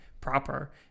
proper